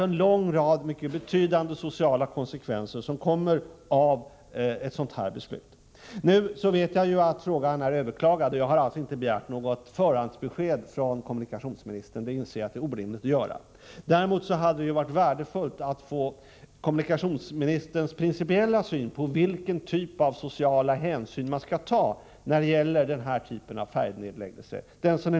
En lång rad betydande sociala konsekvenser blir alltså följden av ett beslut om nedläggning av färjan. Jag vet att beslutet har överklagats, och jag har inte begärt något förhandsbesked från kommunikationsministern — det inser jag är orimligt. Däremot hade det varit värdefullt att få veta kommunikationsministerns principiella syn på vilken typ av sociala hänsyn som man skall ta när det gäller den här typen av färjenedläggelse.